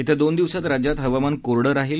येत्या दोन दिवसात राज्यात हवामान कोरडं राहीलं